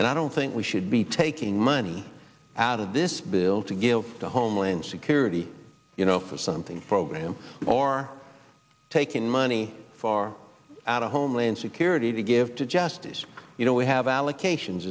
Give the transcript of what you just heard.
and i don't think we should be taking money out of this bill to give the homeland security you know for something for him or taking money far out of homeland security to give to justice you know we have allocations